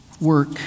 work